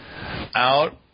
out